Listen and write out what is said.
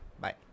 Bye